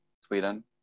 sweden